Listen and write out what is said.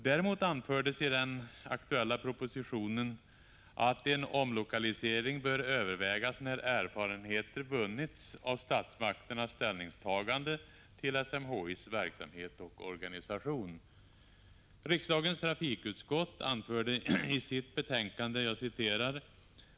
Däremot anfördes i den aktuella propositionen att en omlokalisering bör övervägas när erfarenheter vunnits av statsmakternas ställningstaganden till SMHI:s verksamhet och organisation.